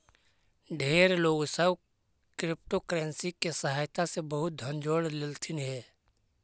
ढेर लोग सब क्रिप्टोकरेंसी के सहायता से बहुत धन जोड़ लेलथिन हे